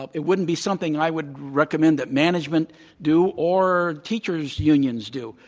um it wouldn't be something i would recommend that management do or teachers unions do.